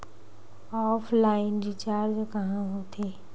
Offline recharge कहां होथे?